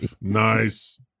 Nice